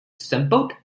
assembled